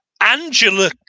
Angela